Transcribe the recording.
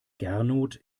gernot